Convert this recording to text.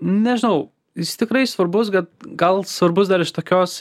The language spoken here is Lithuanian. nežinau jis tikrai svarbus bet gal svarbus dar iš tokios